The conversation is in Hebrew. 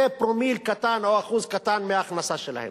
זה פרומיל קטן, או אחוז קטן, מההכנסה שלהן.